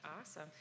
Awesome